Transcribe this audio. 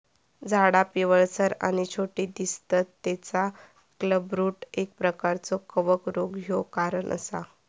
झाडा पिवळसर आणि छोटी दिसतत तेचा क्लबरूट एक प्रकारचो कवक रोग ह्यो कारण असा